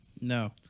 No